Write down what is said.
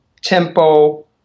tempo